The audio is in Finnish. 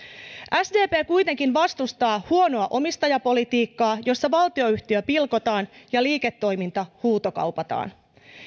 sdp kuitenkin vastustaa huonoa omistajapolitiikkaa jossa valtionyhtiö pilkotaan ja liiketoiminta huutokaupataan